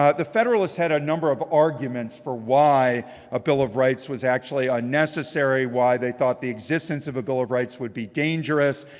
ah the federalists had a number of arguments for why a bill of rights was actually unnecessary, why they thought the existence of a bill of rights would be dangerous.